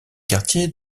quartiers